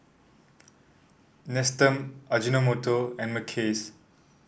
Nestum Ajinomoto and Mackays